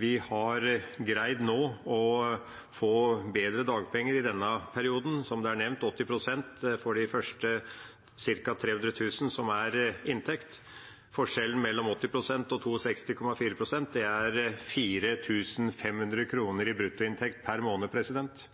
Vi har greid, som det er nevnt, å få bedre dagpenger i denne perioden: 80 pst. for de første ca. 300 000 kr som er inntekt. Forskjellen mellom 80 pst. og 62,4 pst. er 4 500 kr i bruttoinntekt per måned. 4 500 kr i bruttoinntekt per måned